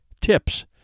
tips